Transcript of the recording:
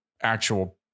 actual